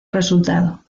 resultado